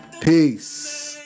Peace